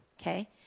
Okay